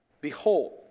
Behold